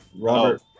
Robert